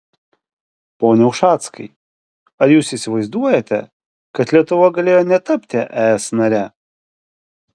pone ušackai ar jūs įsivaizduojate kad lietuva galėjo netapti es nare